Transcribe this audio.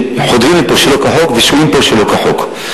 שחודרים לפה שלא כחוק ושוהים פה שלא כחוק.